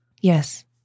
Yes